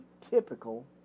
Typical